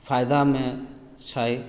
फायदामे छै